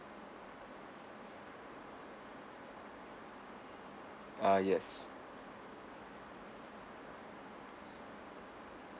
ah yes